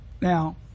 now